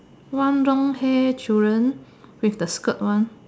one long hair children with the skirt one